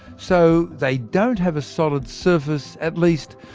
so, they don't have a solid surface at least,